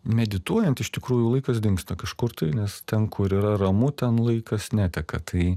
medituojant iš tikrųjų laikas dingsta kažkur tai nes ten kur yra ramu ten laikas neteka tai